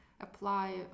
apply